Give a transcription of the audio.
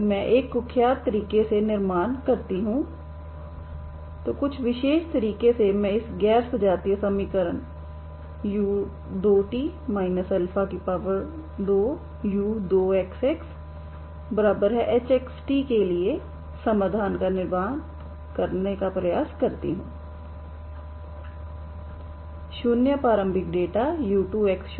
तो मैं एक कुख्यात तरीके से निर्माण करती हूं तो कुछ विशेष तरीके से मैं इस गैर सजातीय समीकरण u2t 2u2xxhxt के समाधान का निर्माण करने का प्रयास करती हूं शून्य प्रारंभिक डेटा u2x00के साथ